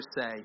say